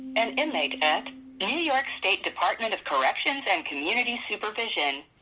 an inmate at new york state department of corrections and community supervision.